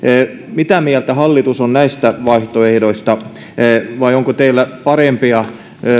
mitä mieltä hallitus on näistä vaihtoehdoista vai onko teillä parempia